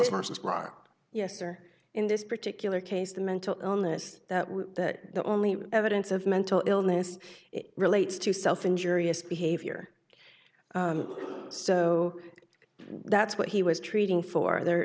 of our surprise yes or in this particular case the mental illness that we that the only evidence of mental illness it relates to self injurious behavior so that's what he was treating far there